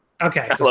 Okay